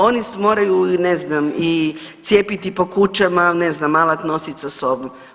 Oni moraju ne znam i cijepiti po kućama, ne znam alat nositi sa sobom.